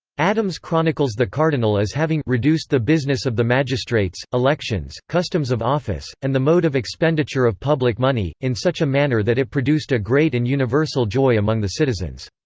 adams chronicles the cardinal as having reduced the business of the magistrates, elections, customs of office, and the mode of expenditure of public money, in such a manner that it produced a great and universal joy among the citizens.